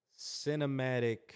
cinematic